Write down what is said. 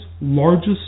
largest